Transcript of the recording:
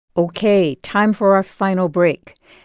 ok, time for our final break.